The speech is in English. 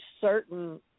certain